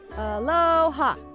Aloha